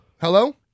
hello